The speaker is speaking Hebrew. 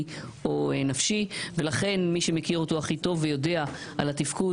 או נפשי ולכן מי שמכיר אותו הכי טוב ויודע על התפקוד